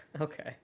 okay